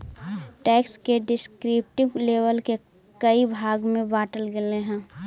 tax के descriptive label के कई भाग में बांटल गेल हई